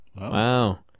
wow